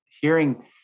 hearing